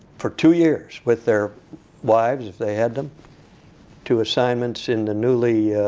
for two years, with their wives if they had them to assignments in the newly